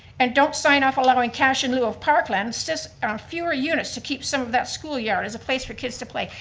and don't sign off allowing cash in lieu of parklands, this few units to keep some of that school yard as a place for kids to play.